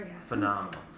phenomenal